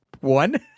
one